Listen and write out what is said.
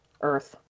earth